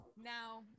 Now